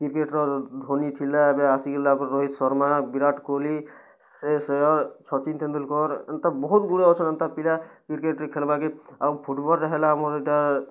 cricket ର ଧୋନି ଥିଲା ଏବେ ଆସିଗଲା ଏବେ ରୋହିତ୍ ଶର୍ମା ବିରାଟ୍ କୋହଲି ଶ୍ରେୟସ୍ ଆୟର୍ ସଚିନ୍ ତେନ୍ଦୁଲକର୍ ଏନ୍ତା ବହୁତ୍ ଗୁଡ଼ିଏ ଅଛନ୍ ଏନ୍ତ ପିଲା କ୍ରିକେଟ୍ ଖେଳ୍ବାକେ ଆଉ ଫୁଟ୍ବଲ୍ ହେଲା ଆମର୍ ଇ'ଟା